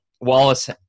Wallace